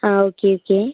ആ okay okay